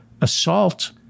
assault